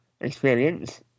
experience